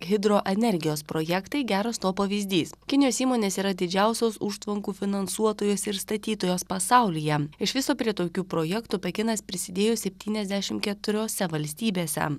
hidroenergijos projektai geras to pavyzdys kinijos įmonės yra didžiausios užtvankų finansuotojos ir statytojos pasaulyje iš viso prie tokių projektų pekinas prisidėjo septyniasdešim keturiose valstybėse